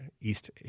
East